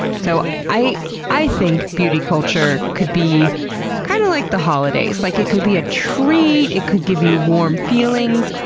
so i i think beauty culture could be kind of like the holidays. like it could be a tree. it could give you warm feelings,